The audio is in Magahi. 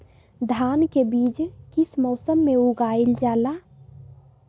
धान के बीज किस मौसम में उगाईल जाला?